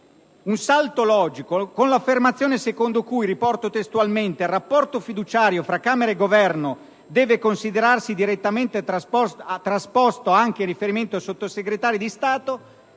un salto logico con l'affermazione secondo cui - riporto testualmente - «il rapporto fiduciario tra Camera e Governo deve considerarsi direttamente trasposto anche in riferimento ai Sottosegretari di Stato»,